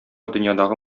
дөньядагы